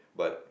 but